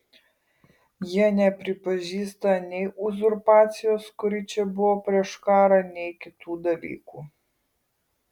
jie nepripažįsta nei uzurpacijos kuri čia buvo prieš karą nei kitų dalykų